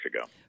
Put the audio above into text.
ago